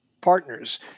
partners